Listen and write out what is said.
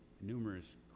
numerous